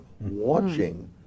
watching